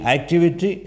Activity